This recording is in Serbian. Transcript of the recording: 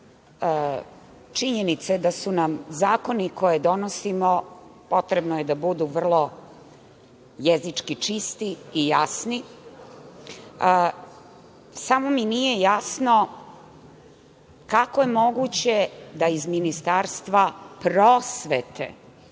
činjenice da su nam zakoni koje donosimo potrebni da budu vrlo jezički čisti i jasni. Samo mi nije jasno kako je moguće da iz Ministarstva prosvete